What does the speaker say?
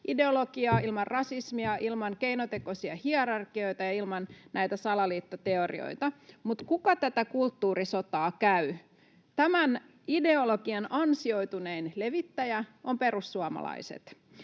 ideologiaa, ilman rasismia, ilman keinotekoisia hierarkioita ja ilman näitä salaliittoteorioita. Mutta kuka tätä kulttuurisotaa käy? Tämän ideologian ansioitunein levittäjä ovat perussuomalaiset.